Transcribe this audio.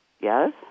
Yes